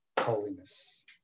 holiness